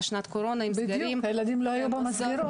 שנת קורונה והילדים לא היו במסגרות.